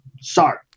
Sorry